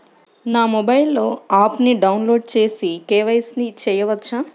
నా మొబైల్లో ఆప్ను డౌన్లోడ్ చేసి కే.వై.సి చేయచ్చా?